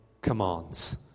commands